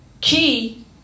key